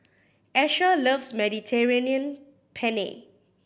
Asher loves Mediterranean Penne